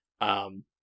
Um-